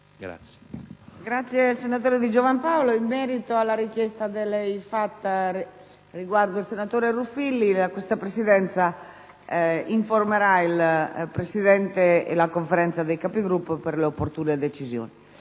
finestra"). Senatore Di Giovan Paolo, in merito alla sua richiesta riguardo al senatore Ruffilli, questa Presidenza informerà il Presidente e la Conferenza dei Capigruppo per le opportune decisioni.